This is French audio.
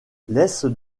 laisse